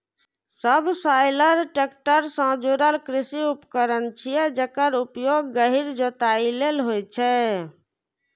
subsoiler tractor सं जुड़ल कृषि उपकरण छियै, जेकर उपयोग गहींर जोताइ लेल होइ छै